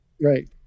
Right